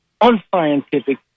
unscientific